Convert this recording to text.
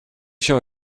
show